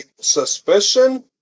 Suspicion